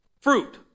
Fruit